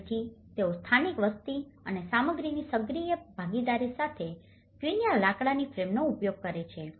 ફરીથી તેઓ સ્થાનિક વસ્તી અને સામગ્રીની સક્રિય ભાગીદારી સાથે ક્વિન્ચા લાકડાની ફ્રેમનો ઉપયોગ કરે છે